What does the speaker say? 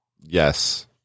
yes